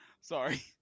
Sorry